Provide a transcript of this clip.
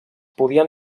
podien